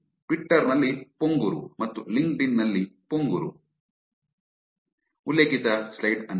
kumaraguru Twitter ನಲ್ಲಿ ಪೊಂಗುರು ಮತ್ತು LinkedIn ನಲ್ಲಿ ಪೊಂಗುರು